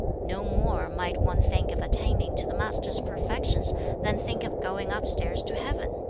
no more might one think of attaining to the master's perfections than think of going upstairs to heaven!